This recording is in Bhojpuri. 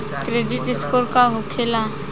क्रेडिट स्कोर का होखेला?